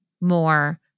more